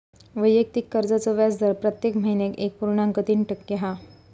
वैयक्तिक कर्जाचो व्याजदर प्रत्येक महिन्याक एक पुर्णांक तीन टक्के हा